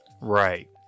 right